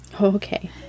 Okay